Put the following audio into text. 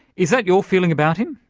is that your feeling about him?